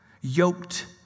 yoked